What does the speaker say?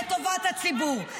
לטובת הציבור.